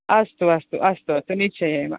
अस्तु अस्तु अस्तु अस्तु निश्चयेन